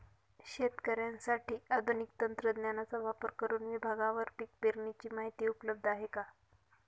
शेतकऱ्यांसाठी आधुनिक तंत्रज्ञानाचा वापर करुन विभागवार पीक पेरणीची माहिती उपलब्ध आहे का?